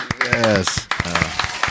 Yes